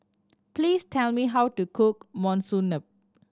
please tell me how to cook Monsunabe